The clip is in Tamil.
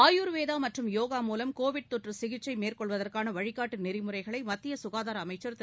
ஆயுர்வேதா மற்றும் யோகா மூலம் கோவிட் தொற்று சிகிச்சை மேற்கொள்வதற்கான வழிகாட்டு நெறிமுறைகளை மத்திய சுகாதார அமைச்சர் திரு